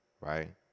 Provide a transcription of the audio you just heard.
right